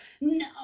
No